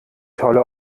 tolle